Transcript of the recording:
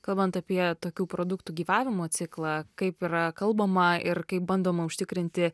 kalbant apie tokių produktų gyvavimo ciklą kaip yra kalbama ir kaip bandoma užtikrinti